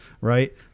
Right